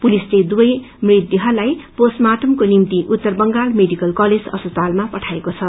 पुलिसले दुवै मृतदेहलाई पोस्टमार्टमको निभ्ति उत्तर बंगाल मेडिकल कलेज अस्पताल पठाएको छ